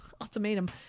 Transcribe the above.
Ultimatum